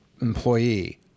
employee